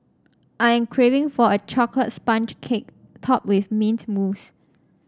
I am craving for a chocolate sponge cake topped with mint mousse